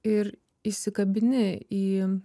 ir įsikabini į